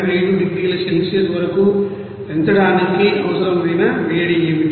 5 డిగ్రీల సెల్సియస్ వరకు పెంచడానికి అవసరమైన వేడి ఏమిటి